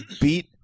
beat